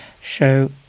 show